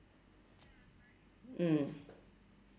mm